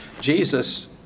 Jesus